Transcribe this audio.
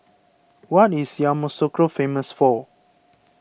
what is Yamoussoukro famous for